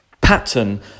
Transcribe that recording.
pattern